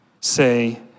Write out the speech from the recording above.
say